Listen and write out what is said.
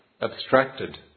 abstracted